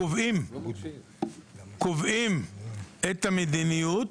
קובעים את המדיניות